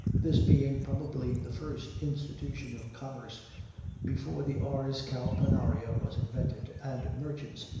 this being probably the first institution of commerce before the ars cauponaria was invented, and merchants,